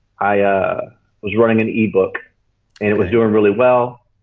i was running an ebook and it was doing really well.